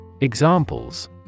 Examples